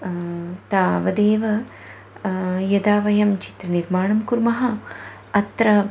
तावदेव यदा वयं चित्रनिर्माणं कुर्मः अत्र